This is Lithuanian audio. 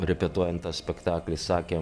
repetuojant tą spektaklį sakė